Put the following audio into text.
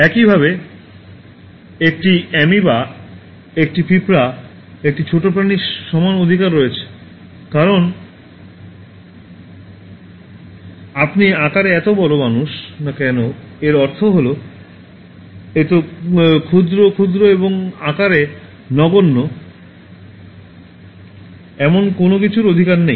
একইভাবে একটি অ্যামিবা একটি পিঁপড়া একটি ছোট প্রাণীটির সমান অধিকার রয়েছে কারণ আপনি আকারে এত বড় মানুষ না কেন এর অর্থ হল এত ক্ষুদ্র ক্ষুদ্র এবং আকারে নগণ্য এমন কোনও কিছুর অধিকার নেই